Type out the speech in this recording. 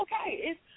okay